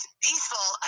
peaceful